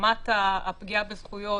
לרבות כל נזק שייגרם לה כפי שיקבע השר בצו וכולי.